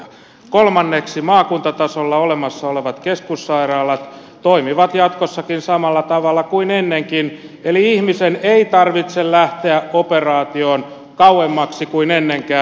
kolmanneksi maakuntatasolla olemassa olevat keskussairaalat toimivat jatkossakin samalla tavalla kuin ennenkin eli ihmisen ei tarvitse lähteä operaatioon kauemmaksi kuin ennenkään